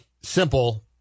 simple